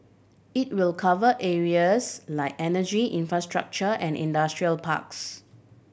it will cover areas like energy infrastructure and industrial parks